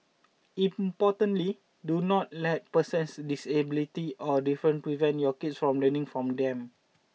importantly do not let person's disabilities or differences prevent your kids from learning from them